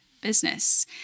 business